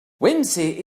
whimsy